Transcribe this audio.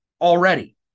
already